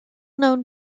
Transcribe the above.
known